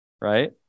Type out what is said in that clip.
right